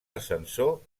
ascensor